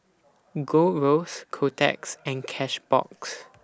Gold Roast Kotex and Cashbox